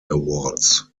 awards